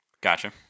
Gotcha